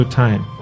time